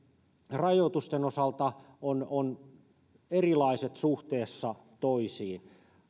rajoitusten osalta ovat erilaiset suhteessa toisiin